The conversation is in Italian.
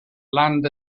land